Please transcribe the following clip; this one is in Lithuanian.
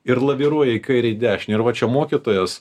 ir laviruoja į kaire dešine ir va čia mokytojas